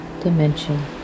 dimension